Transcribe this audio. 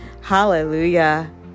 Hallelujah